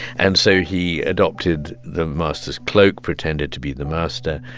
and so he adopted the master's cloak, pretended to be the master.